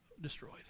destroyed